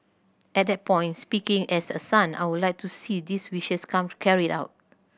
at that point speaking as a son I would like to see these wishes comes carried out